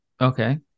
Okay